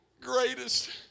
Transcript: greatest